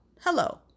Hello